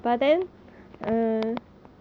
hmm sibei suay lor